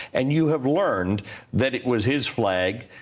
and you have learned that it was his flag,